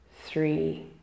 three